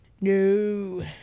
No